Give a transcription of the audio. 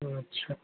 अच्छा